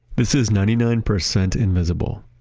this is ninety nine percent invisible.